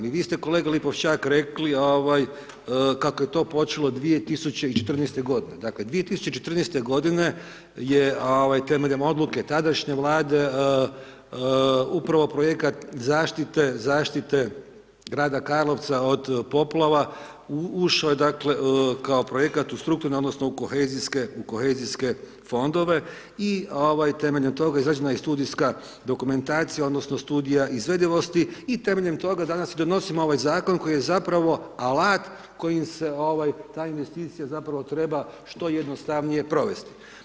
I vi ste, kolega Lipošćak rekli kako je to počelo 2014. godine je temeljem odluke tadašnje Vlade upravo projekat zaštite grada Karlovca od poplava ušao je, dakle, kao projekat u strukturne odnosno kohezijske fondove i temeljem toga je izrađena i studijska dokumentacija odnosno studija izvedivosti i temeljem toga danas i donosimo ovaj zakon koji je zapravo alat kojim se ta investicija treba što jednostavnije provesti.